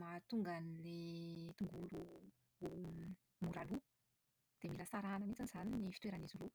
mahatonga an'ilay tongolo ho mora lo, dia mila sarahana mihitsy izany ny fitoeran'izy roa.